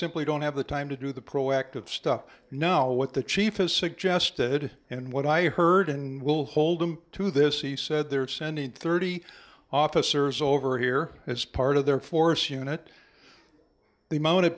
simply don't have the time to do the proactive stuff no what the chief has suggested and what i heard and will hold him to this he said they're sending thirty officers over here as part of their force unit the mona